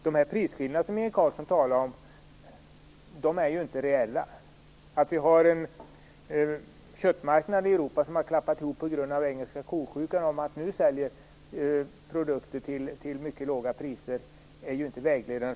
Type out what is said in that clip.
De prisskillnader som Inge Carlsson talar om är ju inte reella. Att köttmarknaden i Europa har klappat ihop på grund av galna ko-sjukan och man därför säljer produkter till mycket låga priser är ju inte vägledande.